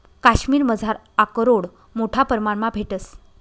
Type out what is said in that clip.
काश्मिरमझार आकरोड मोठा परमाणमा भेटंस